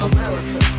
America